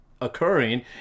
occurring